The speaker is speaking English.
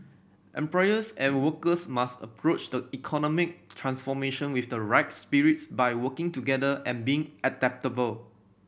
employers and workers must approach the economic transformation with the right spirits by working together and being adaptable